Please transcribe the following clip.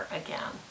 again